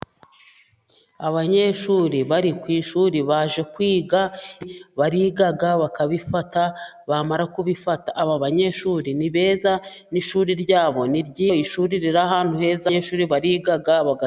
Abanyeshuri bari ku ishuri baje kwiga, bariga bakabifata, bamara kubifata, aba banyeshuri ni beza, n'ishuri rya bo ni ryiza, ishuri riri ahantu heza, abanyeshuri bariga baga.